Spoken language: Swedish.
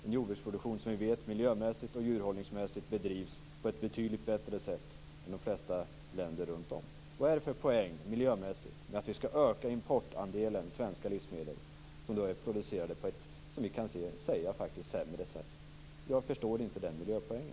Vår jordbruksproduktion bedrivs på ett miljömässigt och djurhållningsmässigt betydligt bättre sätt än i de flesta länder runtom vårt eget. Vad är det för miljömässig poäng i att vi i svenska livsmedel skall öka importandelen, som vi faktiskt kan säga är producerad på ett sämre sätt? Jag förstår inte den miljöpoängen.